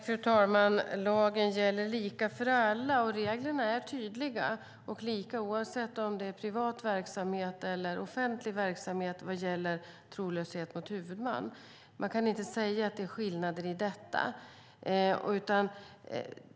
Fru talman! Lagen gäller lika för alla. Reglerna är tydliga och lika, oavsett om det är privat verksamhet eller om det är offentlig verksamhet, vad gäller trolöshet mot huvudman. Man kan inte säga att det är skillnader i detta.